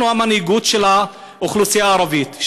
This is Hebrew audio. אנחנו המנהיגות של האוכלוסייה הערבית,